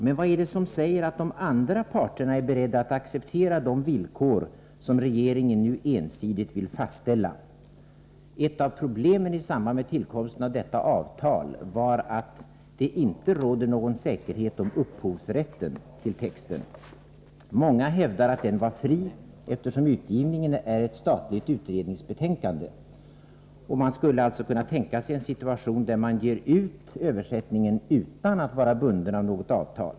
Men vad är det som säger att de andra parterna är beredda att acceptera de villkor som regeringen ensidigt vill fastställa? Ett av problemen i samband med tillkomsten av detta avtal var att det inte råder någon säkerhet om upphovsrätten till texten. Många hävdar att den var fri, eftersom utgivningen skett genom ett statligt utredningsbetänkande. Man skulle alltså kunna tänka sig en situation där man ger ut översättningen utan att vara bunden till något avtal.